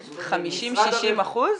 50-60. 50%-60%?